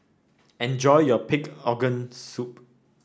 enjoy your Pig Organ Soup